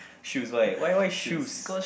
shoes why why why shoes